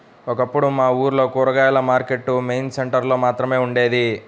ఒకప్పుడు మా ఊర్లో కూరగాయల మార్కెట్టు మెయిన్ సెంటర్ లో మాత్రమే ఉండేది